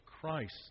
Christ